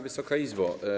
Wysoka Izbo!